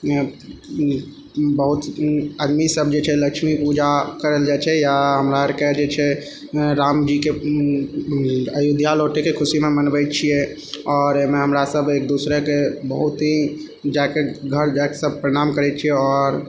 बहुत आदमी सब जे छै लक्ष्मी पूजा करल जाइ छै या हमरा अरके जे छै राम जीके अयोध्या लौटैके खुशीमे मनबै छियै आओर अइमे हमरा सब एक दोसराके बहुत ही जाइके घर घर सबके प्रणाम करै छियै आओर